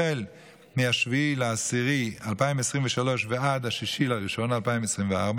החל מ-7 באוקטובר 2023 ועד 6 בינואר 2024,